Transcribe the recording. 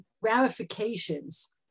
ramifications